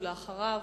ולאחריו,